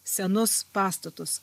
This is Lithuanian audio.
senus pastatus